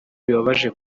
bibabaje